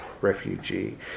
refugee